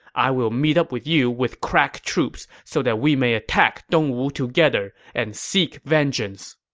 i will meet up with you with crack troops so that we may attack dongwu together and seek vengeance!